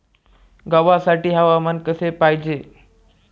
गव्हासाठी हवामान कसे पाहिजे?